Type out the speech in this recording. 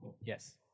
Yes